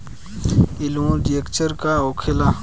ई loan restructure का होखे ला?